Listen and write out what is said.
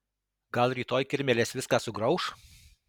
gal rytoj kirmėlės viską sugrauš